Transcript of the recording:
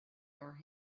your